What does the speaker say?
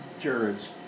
Jared's